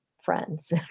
friends